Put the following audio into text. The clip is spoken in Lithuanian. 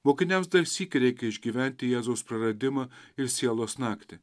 mokiniams darsyk reikia išgyventi jėzaus praradimą ir sielos naktį